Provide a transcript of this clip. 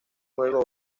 juego